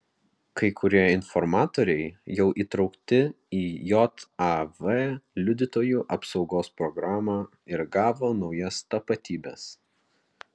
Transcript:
kai kurie informatoriai jau įtraukti į jav liudytojų apsaugos programą ir gavo naujas tapatybes